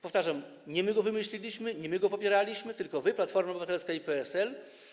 Powtarzam, nie my go wymyśliliśmy, nie my go popieraliśmy, tylko wy, Platforma Obywatelska i PSL.